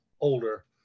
older